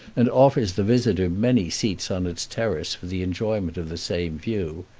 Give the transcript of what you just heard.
and offers the visitor many seats on its terrace for the enjoyment of the same view.